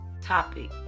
topic